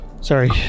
sorry